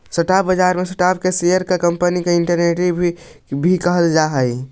stock बाजार में stock के शेयर या कंपनी के इक्विटी भी कहल जा हइ